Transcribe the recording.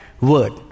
word